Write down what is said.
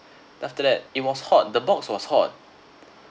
after that it was hot the box was hot